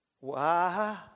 Wow